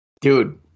Dude